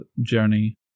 journey